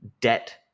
debt